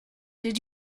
did